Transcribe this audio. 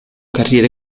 carriera